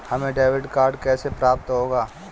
हमें debit card कैसे प्राप्त होगा?